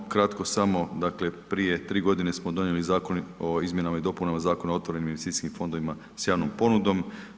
Kratko samo, dakle prije 3 godine smo donijeli Zakon o izmjenama i dopunama Zakona o otvorenim investicijskim fondovima sa javnom ponudom.